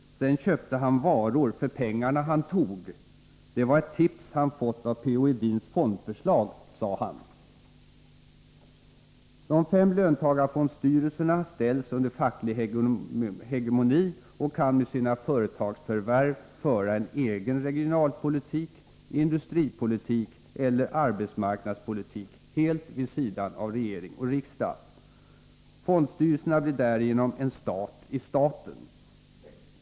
Sen köpte han varor för pengarna han tog. Det var ett tips han fått av P.-O. Edins fondförslag, sade han.” De fem löntagarfondsstyrelserna ställs under facklig hegemoni och kan med sina företagsförvärv föra en egen regionalpolitik, industripolitik eller arbetsmarknadspolitik, helt vid sidan av regering och riksdag. Fondstyrelserna blir därigenom en stat i staten.